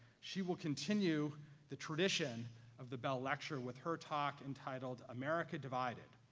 she will continue the tradition of the bell lecture with her talk entitled america divided,